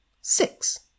six